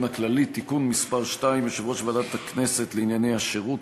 הכללי (תיקון מס' 2) (יושב-ראש ועדת הכנסת לענייני השירות),